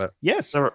Yes